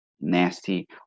nasty